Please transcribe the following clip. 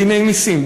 בדיני מסים,